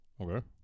Okay